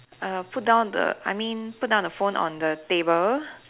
uh put down the I mean put down the phone on the table